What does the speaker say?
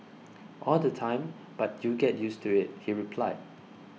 all the time but you get used to it he replied